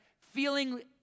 feeling